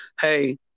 hey